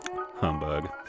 Humbug